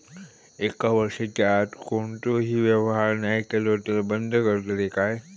एक वर्षाच्या आत कोणतोही व्यवहार नाय केलो तर ता बंद करतले काय?